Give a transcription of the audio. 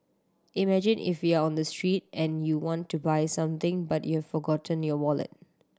imagine if you're on the street and you want to buy something but you've forgotten your wallet